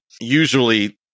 Usually